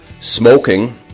smoking